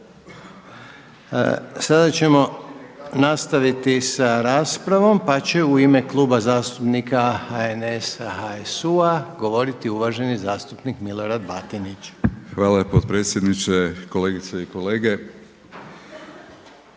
Sada ćemo nastaviti sa raspravom pa će u ime Kluba zastupnika HNS-HSU-a govoriti uvaženi zastupnik Milorad Batinić. **Batinić, Milorad (HNS)** Hvala potpredsjedniče. Kolegice i kolege.